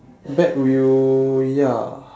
back wheel ya